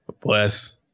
bless